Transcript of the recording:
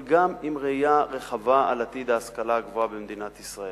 אבל גם עם ראייה רחבה על עתיד ההשכלה הגבוהה במדינת ישראל.